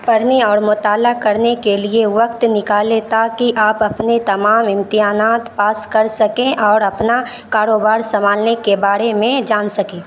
پڑھیں اور مطالعہ کرنے کے لیے وقت نکالیں تاکہ آپ اپنے تمام امتحانات پاس کر سکیں اور اپنا کاروبار سنبھالنے کے بارے میں جان سکیں